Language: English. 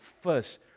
first